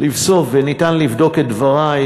גם הוא הסכים אתי, וניתן לבדוק את דברי,